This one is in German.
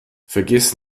vergiss